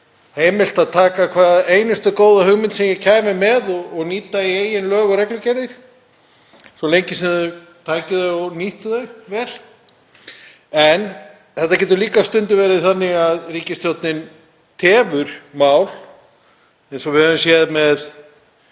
heimilt að taka hverja einustu góðu hugmynd sem ég kæmi með og nýta í eigin lög og reglugerðir svo lengi sem þær væru vel nýttar. En þetta getur líka stundum verið þannig að ríkisstjórnin tefur mál eins og við höfum t.d. séð með